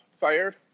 fired